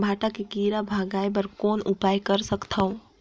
भांटा के कीरा भगाय बर कौन उपाय कर सकथव?